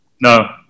No